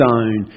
own